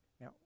Now